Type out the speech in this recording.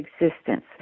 existence